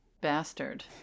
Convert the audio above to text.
bastard